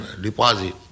deposit